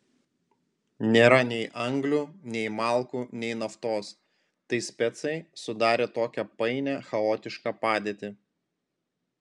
nėra nei anglių nei malkų nei naftos tai specai sudarė tokią painią chaotišką padėtį